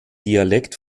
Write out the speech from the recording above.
dialekt